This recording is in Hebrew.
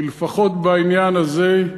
כי לפחות בעניין הזה,